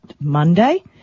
Monday